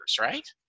right